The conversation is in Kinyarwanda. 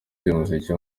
ry’umuziki